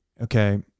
okay